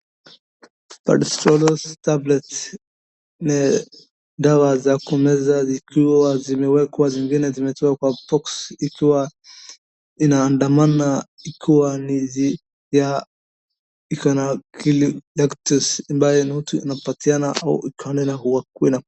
Risperdal tablets ni dawa za kumeza zikiwa zimeekwa zingine zimetolewa kwa box ikiwa inaandamana ikiwa ikona lactose ambayo inapatiwa watu wa cholera wakunywe.